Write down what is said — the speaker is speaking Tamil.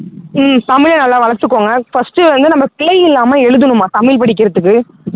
ம் தமிழை நல்லா வளர்த்துக்கோங்க ஃபர்ஸ்ட்டு வந்து நம்ம பிழை இல்லாமல் எழுதுணும்மா தமிழ் படிக்கிறத்துக்கு